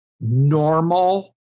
normal